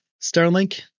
Starlink